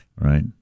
Right